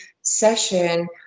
session